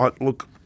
Look